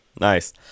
Nice